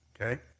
okay